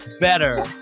better